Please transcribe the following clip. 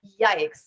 yikes